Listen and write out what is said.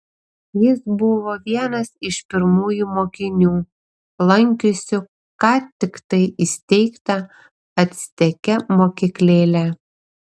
jis buvo vienas iš pirmųjų mokinių lankiusių ką tiktai įsteigtą acteke mokyklėlę